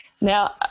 Now